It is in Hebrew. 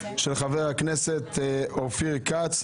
של חבר הכנסת אופיר כץ.